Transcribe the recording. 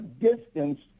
distance